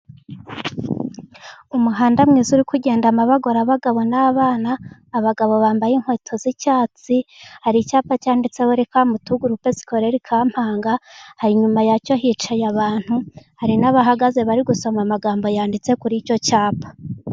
Umuhanda mwiza uri kugendamo abagabo abagore n'abana, abagabo bambaye inkweto z'icyatsi hari icyapa cyanditseho welikamu tu gurupe sikorere Kampanga, hari inyuma yacyo hicaye abantu hari n'abahagaze, bari gusoma amagambo yanditse kuri icyo cyapa.